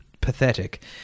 pathetic